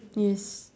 yes